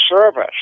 service